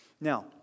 Now